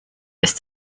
ist